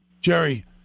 Jerry